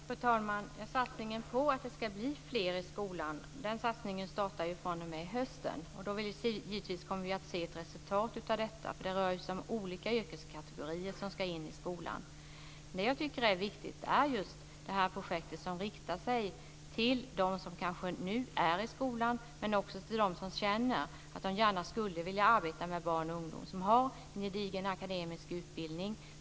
Fru talman! Satsningen på att det ska bli fler i skolan startar fr.o.m. hösten. Då kommer vi givetvis att se ett resultat av detta. Det rör sig ju om olika yrkeskategorier som ska in i skolan. Det som jag tycker är viktigt är just detta projekt som riktar sig till dem som kanske nu arbetar i skolan men också kanske till dem som känner att de gärna skulle vilja arbeta med barn och ungdomar och har en gedigen akademisk utbildning.